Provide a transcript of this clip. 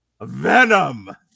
Venom